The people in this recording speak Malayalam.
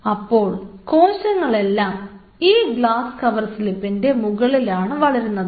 അപ്പോൾ കോശങ്ങളെല്ലാം എല്ലാം ഈ ഗ്ലാസ് കവർ സ്ലീപ്പിൻറെ മുകളിലാണ് വളരുന്നത്